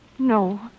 No